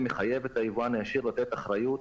שמחייב את היבואן הישיר לתת אחריות